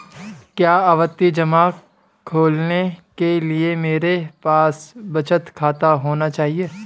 क्या आवर्ती जमा खोलने के लिए मेरे पास बचत खाता होना चाहिए?